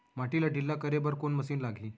माटी ला ढिल्ला करे बर कोन मशीन लागही?